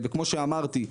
וכמו שאמרתי,